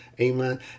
Amen